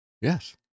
yes